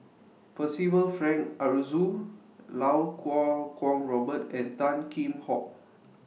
Percival Frank Aroozoo Lau Kuo Kwong Robert and Tan Kheam Hock